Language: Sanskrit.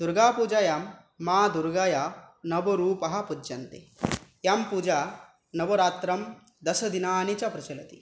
दुर्गापूजायां मा दुर्गायाः नवरूपं पूज्यन्ते इयं पूजा नवरात्रं दश दिनानि च प्रचलति